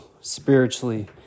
spiritually